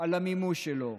על המימוש שלו,